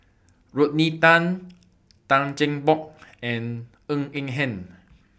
Rodney Tan Tan Cheng Bock and Ng Eng Hen